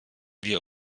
wir